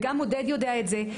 גם עודד יודע את זה.